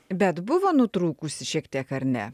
bet buvo nutrūkusi šiek tiek ar ne